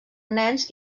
nens